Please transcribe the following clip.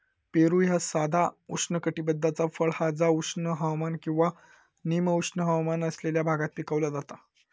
पेरू ह्या साधा उष्णकटिबद्धाचा फळ हा जा उष्ण हवामान किंवा निम उष्ण हवामान असलेल्या भागात पिकवला जाता